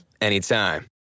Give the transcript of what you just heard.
anytime